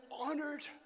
honored